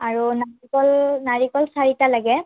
আৰু নাৰিকল নাৰিকল চাৰিটা লাগে